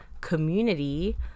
community